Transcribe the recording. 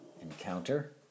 encounter